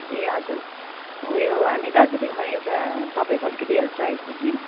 ए हजुर उयो हामी दार्जिलिङमा एउटा तपाईँको अलिकति हेल्प चाहिएको थियो कि